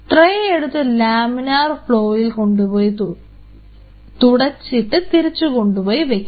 ട്രെയെടുത്ത് laminar ഫ്ലോയിൽ കൊണ്ടുപോയി തുടച്ചിട്ട് തിരിച്ചുകൊണ്ടുപോയി വയ്ക്കണം